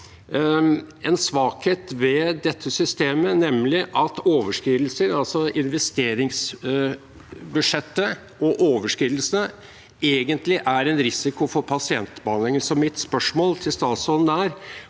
en svakhet ved dette systemet, nemlig at investeringsbudsjettet og overskridelsene egentlig er en risiko for pasientbehandlingen. Mitt spørsmål til statsråden er: